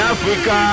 Africa